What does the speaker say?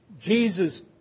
Jesus